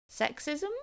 sexism